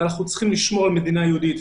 ואנחנו צריכים לשמור על מדינה יהודית.